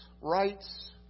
rights